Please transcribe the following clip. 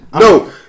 No